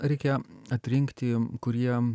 reikia atrinkti kurie